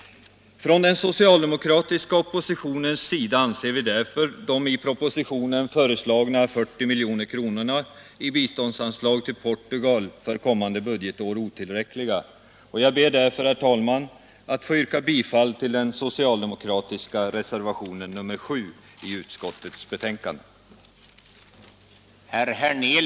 Den socialdemokratiska oppositionen menar att det i propositionen föreslagna anslaget på 40 milj.kr. i bistånd till Portugal är otillräckligt, och jag ber därför, herr talman, att få yrka bifall till den socialdemokratiska reservationen 7 vid utskottsbetänkandet.